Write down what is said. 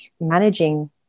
managing